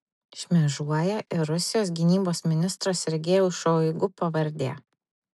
šmėžuoja ir rusijos gynybos ministro sergejaus šoigu pavardė